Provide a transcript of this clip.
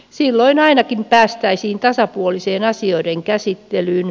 silloin ainakin päästäisiin tasapuoliseen asioiden käsittelyyn